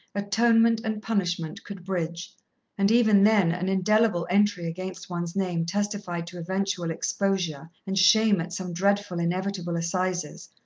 atonement and punishment, could bridge and even then, an indelible entry against one's name testified to eventual exposure and shame at some dreadful, inevitable assizes,